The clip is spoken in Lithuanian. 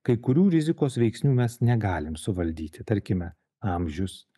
kai kurių rizikos veiksnių mes negalim suvaldyti tarkime amžius